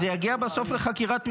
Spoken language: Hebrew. זה יגיע בסוף לחקירת משטרה.